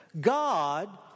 God